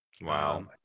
Wow